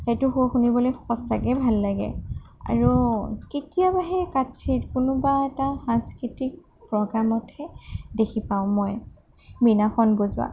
সেইটো সুৰ শুনিবলৈ সঁচাকেই ভাল লাগে আৰু কেতিয়াবাহে কাৎচিত কোনোবা এটা সাংস্কৃতিক প্ৰগেমতহে দেখি পাওঁ মই বীণাখন বজোৱা